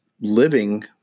living